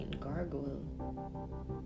Gargoyle